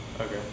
Okay